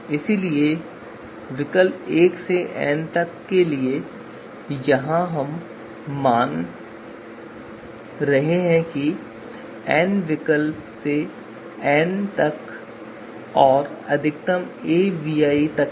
इसलिए विकल्प 1 से n के लिए यहां हम मान रहे हैं कि n विकल्प 1 से n तक और अधिकतम a vai तक हैं